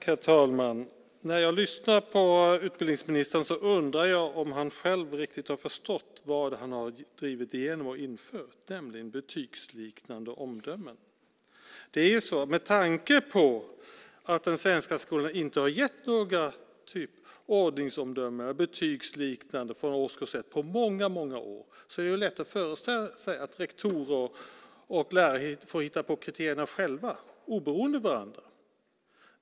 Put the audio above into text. Herr talman! När jag lyssnar på utbildningsministern undrar jag om han själv riktigt har förstått vad han har drivit igenom och infört, nämligen betygsliknande omdömen. Med tanke på att den svenska skolan inte har gett några betygsliknande ordningsomdömen från årskurs 1 på många, många år är det lätt att föreställa sig att rektorer och lärare får hitta på kriterierna själva, oberoende av varandra.